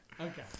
Okay